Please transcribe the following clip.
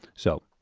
so,